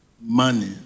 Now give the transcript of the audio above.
money